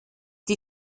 die